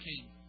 king